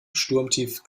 sturmtief